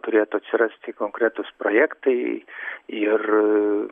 turėtų atsirasti konkretūs projektai ir